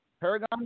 Paragon